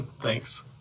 Thanks